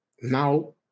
Now